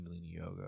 yoga